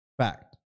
Fact